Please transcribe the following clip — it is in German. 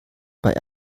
bei